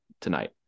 tonight